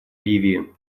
ливии